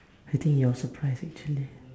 I think your surprise actually